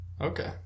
Okay